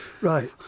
right